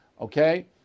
Okay